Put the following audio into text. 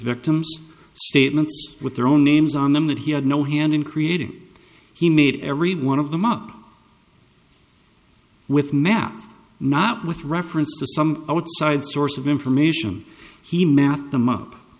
victims statements with their own names on them that he had no hand in creating he made every one of them up with math not with reference to some outside source of information he met them up